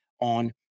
on